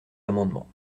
amendement